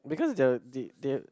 because the the the